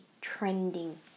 trending